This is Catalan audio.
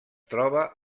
troba